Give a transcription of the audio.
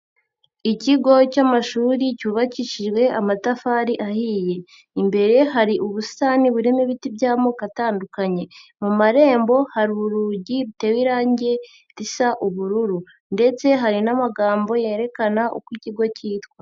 Ikigo cy'amashuri cyubakishijwe amatafari ahiye, imbere hari ubusitani burimo ibiti by'amoko atandukanye, mu marembo hari urugi ruteye irangi risa ubururu ndetse hari n'amagambo yerekana uko ikigo cyitwa.